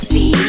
See